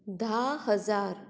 धा हजार